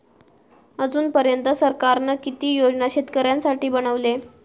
अजून पर्यंत सरकारान किती योजना शेतकऱ्यांसाठी बनवले?